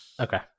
Okay